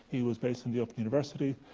he was based in the open university.